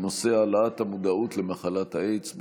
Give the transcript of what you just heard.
בנושא: העלאת המודעות למחלת האיידס.